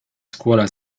scuola